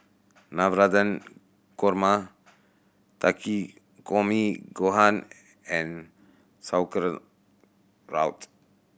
Navratan Korma Takikomi Gohan and Sauerkraut